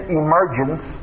emergence